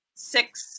Six